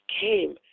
came